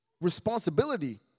responsibility